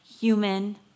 human